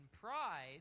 pride